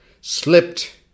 slipped